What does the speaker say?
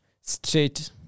straight